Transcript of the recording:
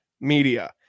media